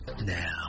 now